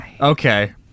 Okay